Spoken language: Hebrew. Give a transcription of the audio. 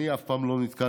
אני אף פעם לא נתקלתי,